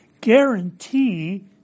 guarantee